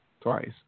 Twice